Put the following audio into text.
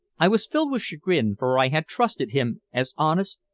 i was filled with chagrin, for i had trusted him as honest,